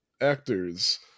actors